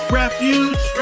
refuge